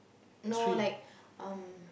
no like um